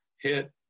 hit